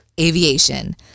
aviation